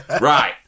Right